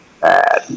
bad